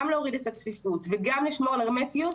גם להוריד את הצפיפות וגם לשמור על הרמטיות,